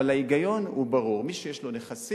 אבל ההיגיון הוא ברור: מי שיש לו נכסים,